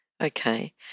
Okay